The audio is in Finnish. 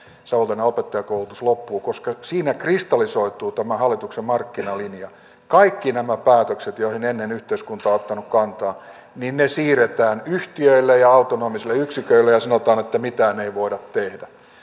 että savonlinnan opettajakoulutus loppuu koska siinä kristallisoituu tämä hallituksen markkinalinja kaikki nämä päätökset joihin ennen yhteiskunta on ottanut kantaa siirretään yhtiöille ja autonomisille yksiköille ja sanotaan että mitään ei voida tehdä